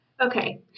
Okay